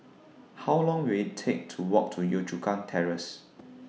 How Long Will IT Take to Walk to Yio Chu Kang Terrace